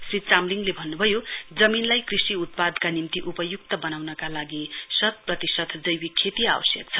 श्री चामलिङेल भन्नुभयो जमीनलाई कृषि उत्पादका निम्ति उपयुक्त बनाउनका लागि शत प्रतिशत जैविक खेती आवश्यक छ